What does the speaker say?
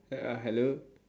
err uh hello